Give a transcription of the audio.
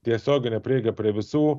tiesioginę prieigą prie visų